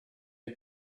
you